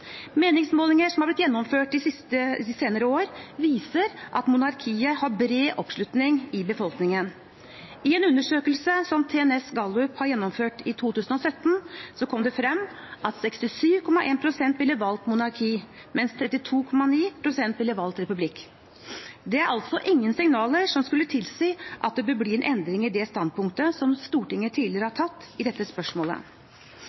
Meningsmålinger som har blitt gjennomført de senere år, viser at monarkiet har bred oppslutning i befolkningen. I en undersøkelse som TNS Gallup gjennomførte i 2016, kom det frem at 67,1 pst. ville valgt monarki, mens 32,9 pst. ville valgt republikk. Det er altså ingen signaler som skulle tilsi at det vil bli en endring i det standpunktet som Stortinget tidligere